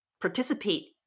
participate